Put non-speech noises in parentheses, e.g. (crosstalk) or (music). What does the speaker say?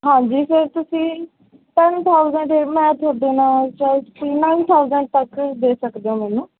ਹਾਂਜੀ ਫੇਰ ਤੁਸੀਂ ਟੈਨ ਥਾਊਂਸੈਡ 'ਤੇ ਮੈਂ ਤੁਹਾਡੇ ਨਾਲ ਚੱਲ (unintelligible) ਥਾਊਂਸੈਡ ਤੱਕ ਦੇ ਸਕਦੇ ਹੋ ਮੈਨੂੰ